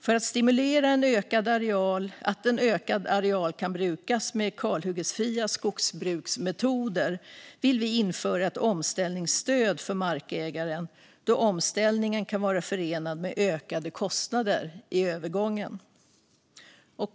För att stimulera att en ökad areal kan brukas med kalhyggesfria skogsbruksmetoder vill vi införa ett omställningsstöd för markägare, då omställningen kan vara förenad med ökade kostnader i övergången.